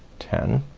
ten,